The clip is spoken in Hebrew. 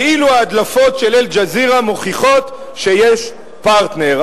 כאילו ההדלפות של "אל-ג'זירה" מוכיחות שיש פרטנר.